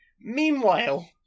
Meanwhile